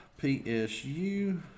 PSU